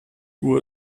uhr